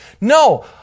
No